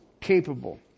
capable